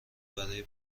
برای